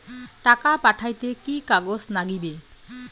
টাকা পাঠাইতে কি কাগজ নাগীবে?